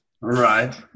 Right